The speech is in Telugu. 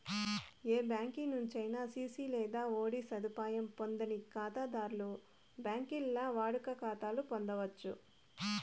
ఏ బ్యాంకి నుంచైనా సిసి లేదా ఓడీ సదుపాయం పొందని కాతాధర్లు బాంకీల్ల వాడుక కాతాలు పొందచ్చు